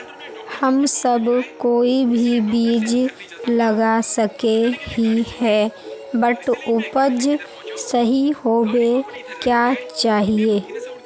हम सब कोई भी बीज लगा सके ही है बट उपज सही होबे क्याँ चाहिए?